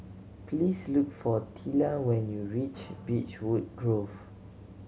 please look for Tilla when you reach Beechwood Grove